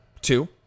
two